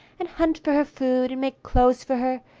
and hunt for her food, and make clothes for her,